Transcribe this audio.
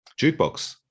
Jukebox